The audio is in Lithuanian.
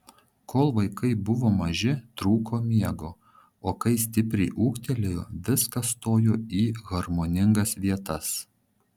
kol vaikai buvo maži trūko miego o kai stipriai ūgtelėjo viskas stojo į harmoningas vietas